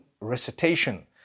recitation